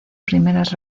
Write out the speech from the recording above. primeras